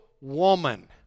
woman